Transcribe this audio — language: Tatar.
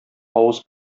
авыз